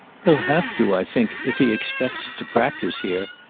he'll have to, i think, if he expects to practise here.